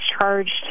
charged